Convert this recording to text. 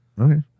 Okay